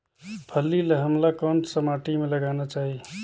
फल्ली ल हमला कौन सा माटी मे लगाना चाही?